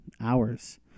hours